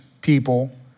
people